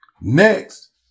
Next